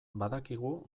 badakigu